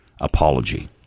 apology